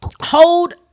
Hold